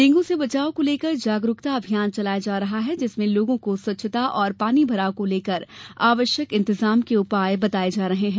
dengue से बचाव को लेकर जागरूकता अभियान चलाया जा रहा है जिसमें लोगों को स्वच्छता और पानी भराव को लेकर आवश्यक इंतजाम के उपाय बताए जा रहे हैं